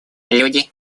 люди